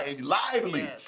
lively